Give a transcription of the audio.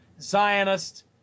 Zionist